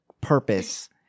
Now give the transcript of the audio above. purpose